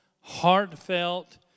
heartfelt